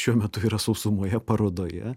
šiuo metu yra sausumoje parodoje